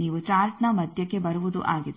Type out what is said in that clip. ನೀವು ಚಾರ್ಟ್ನ ಮಧ್ಯಕ್ಕೆ ಬರುವುದು ಆಗಿದೆ